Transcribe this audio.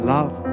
Love